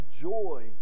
joy